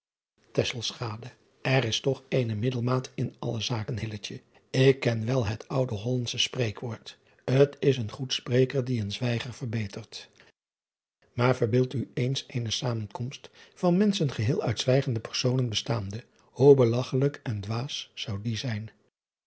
r is toch eene middelmaat in alle zaken k ken wel het oude ollandsche spreekwoord t s een goed spreker die een zwijger verbetert aar verbeeld u eens eene zamenkomst van menschen geheel uit zwijgende personen bestaande hoe belagchelijk en dwaas zou die zijn